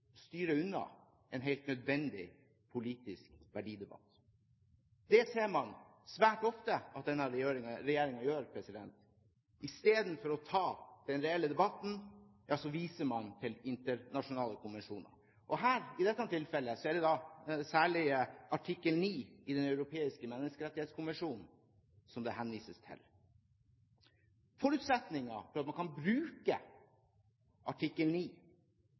styre unna en helt nødvendig politisk verdidebatt. Det ser man svært ofte at denne regjeringen gjør. Istedenfor å ta den reelle debatten viser man til internasjonale konvensjoner. I dette tilfellet er det særlig artikkel 9 i Den europeiske menneskerettskonvensjon, EMK, som det henvises til. Forutsetningen for at man kan bruke artikkel